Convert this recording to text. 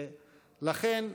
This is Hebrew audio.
לכן,